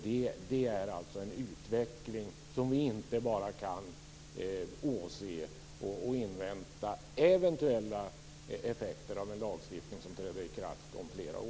Det är en utveckling som vi inte bara kan åse medan vi inväntar eventuella effekter av en lagstiftning som träder i kraft om flera år.